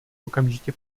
okamžitě